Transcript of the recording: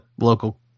local